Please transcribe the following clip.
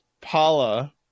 Paula